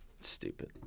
Stupid